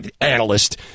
analyst